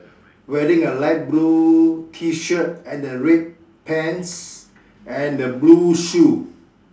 wearing a light blue T-shirt and a red pants and the blue shoe